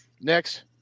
Next